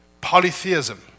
Polytheism